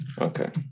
Okay